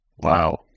Wow